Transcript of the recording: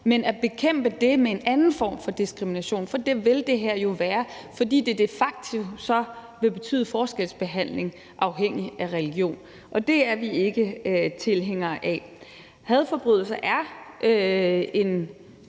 ville bekæmpe den med en anden form for diskrimination. Det vil det her jo være, fordi det de facto så vil betyde, at der kommer en forskelsbehandling afhængigt af religion, og det er vi ikke tilhængere af. Hadforbrydelser er en